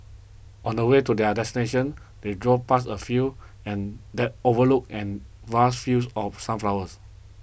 on the way to their destination they drove past a feel and that overlooked and vast fields of sunflowers